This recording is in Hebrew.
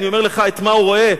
אני אומר לך את מה הוא רואה.